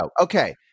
Okay